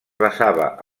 basava